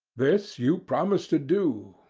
this you promised to do,